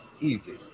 Easy